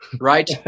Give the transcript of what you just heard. Right